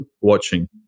watching